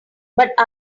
but